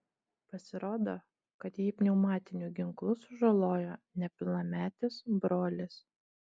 pasirodo kad jį pneumatiniu ginklu sužalojo nepilnametis brolis